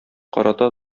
карата